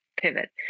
pivot